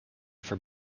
for